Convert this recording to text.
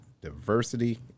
Diversity